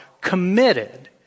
committed